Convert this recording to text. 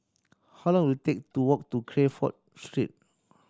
how long will it take to walk to Crawford Street